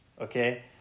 okay